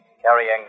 carrying